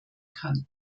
kann